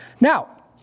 Now